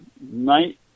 night